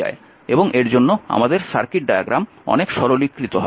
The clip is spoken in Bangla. এবং এর জন্য আমাদের সার্কিট ডায়াগ্রাম অনেক সরলীকৃত হবে